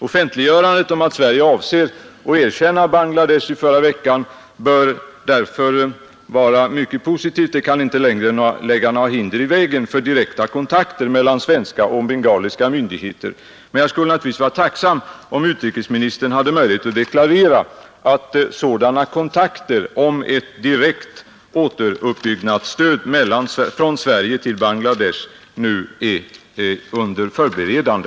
Offentliggörandet i förra veckan om Sveriges avsikt att erkänna Bangladesh var mycket positivt; några hinder kan inte längre resas mot direkta kontakter mellan svenska och bengaliska myndigheter. Men jag skulle naturligtvis vara tacksam om utrikesministern hade möjlighet att deklarera att sådana kontakter om ett direkt återuppbyggnadsstöd från Sverige till Bangladesh nu förbereds.